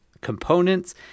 components